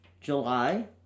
July